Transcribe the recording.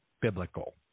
biblical